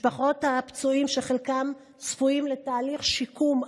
משפחות הפצועים, שחלקם צפויים לתהליך שיקום ארוך,